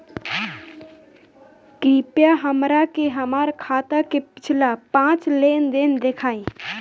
कृपया हमरा के हमार खाता के पिछला पांच लेनदेन देखाईं